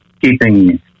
keeping